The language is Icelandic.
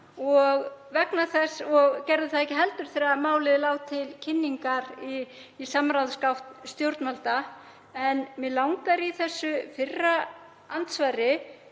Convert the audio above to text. og gerðu það ekki heldur þegar málið lá til kynningar í samráðsgátt stjórnvalda. Mig langar í þessu fyrra andsvari